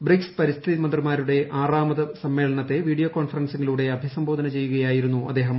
BRICS പരിസ്ഥിതി മന്ത്രിമാരുടെ ആറാമത് സമ്മേളനത്തെ വീഡിയോ കോൺഫറൻസിങ്ങിലൂടെ അഭിസംബോധന ചെയ്യുകയായിരുന്നു അദ്ദേഹം